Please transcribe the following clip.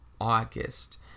August